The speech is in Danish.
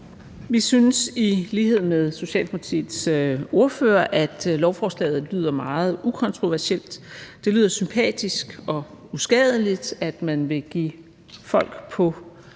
Vi synes i lighed med Socialdemokratiets ordfører, at lovforslaget lyder meget ukontroversielt. Det lyder sympatisk og uskadeligt, at man vil give folk på